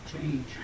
Change